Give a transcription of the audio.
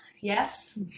Yes